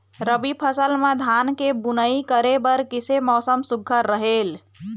रबी फसल म धान के बुनई करे बर किसे मौसम सुघ्घर रहेल?